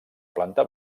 planta